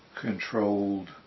controlled